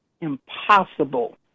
impossible